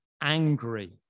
Angry